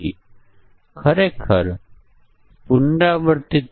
જો તે 3000 કરતા વધારે ન હોય તો આપણે મફત ભોજન આપતા નથી